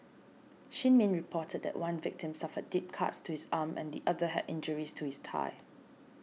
Shin Min reported that one victim suffered deep cuts to his arm and the other had injuries to his thigh